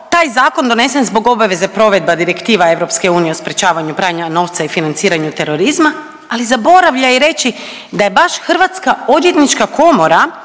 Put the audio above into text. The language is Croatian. taj Zakon donesen zbog obaveze provedba direktiva EU o sprječavanju pranja novca i financiranju terorizma, ali zaboravlja i reći da je baš Hrvatska odvjetnička komora